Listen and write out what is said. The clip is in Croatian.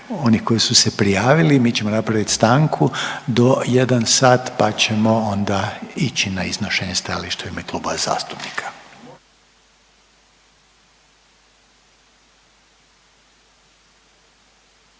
onih koji su se prijavili, mi ćemo napravit stanku do jedan sat pa ćemo onda ići na iznošenje stajališta u ime klubova zastupnika.